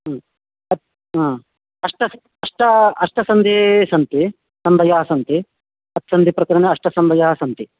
ह्म् अच् हा अष्ट अष्ट अष्ट सन्धिः सन्ति सन्धयः सन्ति अच् सन्धिप्रकरणे अष्ट सन्धयः सन्ति